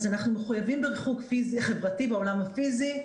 אנחנו מחויבים בריחוק פיזי חברתי בעולם הפיזי,